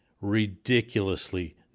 ridiculously